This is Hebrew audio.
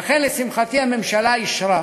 ולכן, לשמחתי, הממשלה אישרה